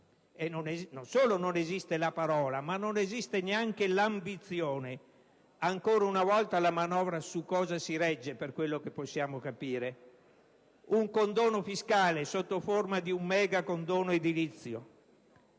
Non solo non esiste la parola, ma non esiste neanche l'ambizione. Ancora una volta la manovra su cosa si regge, per quello che possiamo capire? Su un condono fiscale, sotto forma di un mega condono edilizio,